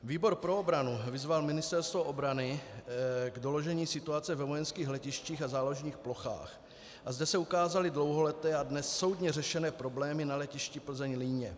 Výbor pro obranu vyzval Ministerstvo obrany k doložení situace ve vojenských letištích a záložních plochách a zde se ukázaly dlouholeté a dnes soudně řešené problémy na letišti PlzeňLíně.